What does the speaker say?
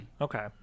Okay